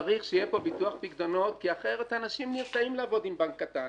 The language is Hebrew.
צריך שיהיה פה ביטוח פיקדונות כי אחרת אנשים נרתעים לעבוד עם בנק קטן,